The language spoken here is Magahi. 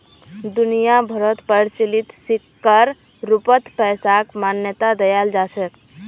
दुनिया भरोत प्रचलित सिक्कर रूपत पैसाक मान्यता दयाल जा छेक